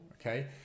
okay